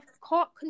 caught